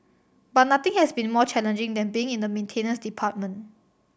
but nothing has been more challenging than being in the maintenance department